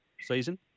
Season